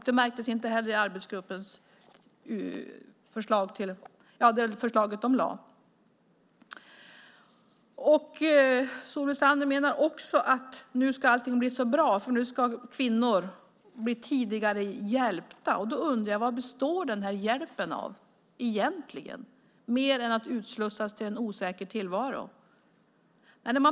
Det märktes inte heller i det förslag som arbetsgruppen lade fram. Solveig Zander menar också att allting nu ska bli så bra eftersom kvinnor ska bli hjälpta tidigare. Då undrar jag: Vad består den här hjälpen av egentligen, mer än att utslussas till en osäker tillvaro?